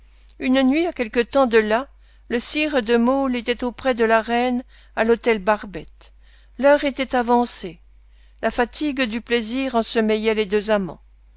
une nuit à quelque temps de là le sire de maulle était auprès de la reine à l'hôtel barbette l'heure était avancée la fatigue du plaisir ensommeillait les deux amants